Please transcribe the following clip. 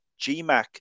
GMAC